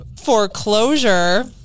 foreclosure